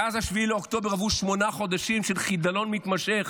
מאז 7 באוקטובר עברו שמונה חודשים של חידלון מתמשך,